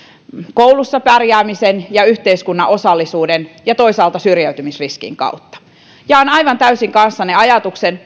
koulussa pärjäämisen ja yhteiskunnan osallisuuden ja toisaalta syrjäytymisriskin kautta jaan kuten myös koko hallitus aivan täysin kanssanne ajatuksen